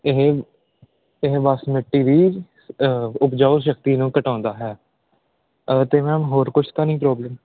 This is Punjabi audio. ਇਹ ਇਹ ਬਸ ਮਿੱਟੀ ਦੀ ਉਪਜਾਊ ਸ਼ਕਤੀ ਨੂੰ ਘਟਾਉਂਦਾ ਹੈ ਅਤੇ ਮੈਮ ਹੋਰ ਕੁਛ ਤਾਂ ਨਹੀਂ ਪ੍ਰੋਬਲਮ